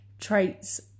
traits